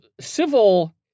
civil